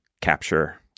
capture